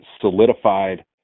solidified